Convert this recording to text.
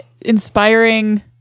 inspiring